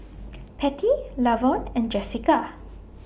Pattie Lavon and Jessika